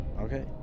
Okay